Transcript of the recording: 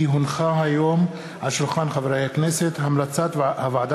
כי הונחה היום על שולחן הכנסת המלצת הוועדה